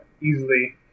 easily